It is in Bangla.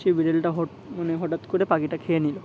সে বিড়লটা হ মানে হঠাৎ করে পাখিটা খেয়ে নিলো